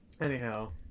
Anyhow